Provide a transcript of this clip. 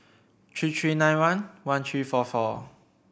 three three nine one one three four four